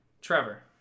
trevor